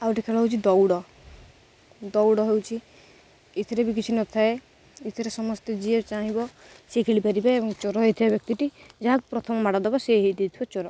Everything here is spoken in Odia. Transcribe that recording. ଆଉ ଗୋଟେ ଖେଳ ହେଉଛି ଦୌଡ଼ ଦୌଡ଼ ହେଉଛି ଏଇଥିରେ ବି କିଛି ନଥାଏ ଏଇଥିରେ ସମସ୍ତେ ଯିଏ ଚାହିଁବ ସିଏ ଖେଳିପାରିବେ ଏବଂ ଚୋର ହେଇଥିବା ବ୍ୟକ୍ତିଟି ଯାହାକୁ ପ୍ରଥମ ମାଡ଼ ଦେବ ସେ ହେଇଥିବ ଚୋର